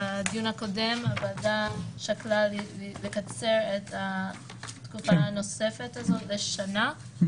בדיון הקודם הוועדה שקלה לקצר את התקופה הנוספת הזאת לשנה,